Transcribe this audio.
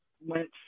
went